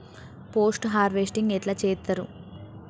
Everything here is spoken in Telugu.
పోస్ట్ హార్వెస్టింగ్ ఎట్ల చేత్తరు?